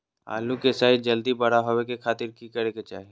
आलू के साइज जल्दी बड़ा होबे के खातिर की करे के चाही?